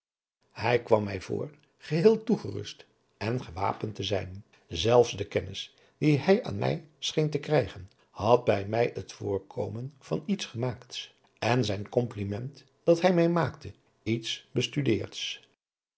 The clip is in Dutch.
hij kwam mij voor geheel toegerust en gewapend te zijn zelfs de kennis die hij aan mij scheen te krijgen had bij mij het voorkomen van iets gemaakts en zijn compliment dat hij mij maakte iets bestudeerds